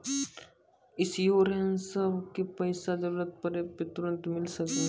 इंश्योरेंसबा के पैसा जरूरत पड़े पे तुरंत मिल सकनी?